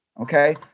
okay